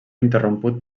interromput